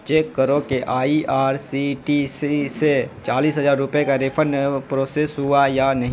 check کرو کہ I R C T C سے چالیس ہزار روپے کا ریفنڈ پروسیس ہوا یا نہیں